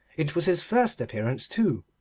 it was his first appearance, too.